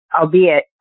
Albeit